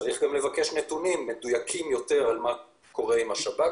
צריך גם לבקש נתונים מדויקים יותר על מה קורה עם השב"כ,